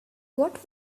what